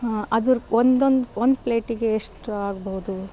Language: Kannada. ಅದರ ಒಂದೊಂದು ಒಂದು ಪ್ಲೇಟಿಗೆ ಎಷ್ಟು ಆಗ್ಬೋದು